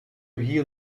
hier